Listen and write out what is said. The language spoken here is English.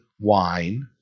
wine